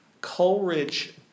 Coleridge